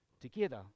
together